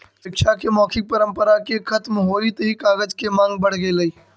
शिक्षा के मौखिक परम्परा के खत्म होइत ही कागज के माँग बढ़ गेलइ